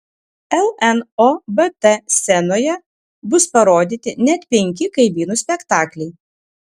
lnobt scenoje bus parodyti net penki kaimynų spektakliai